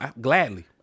gladly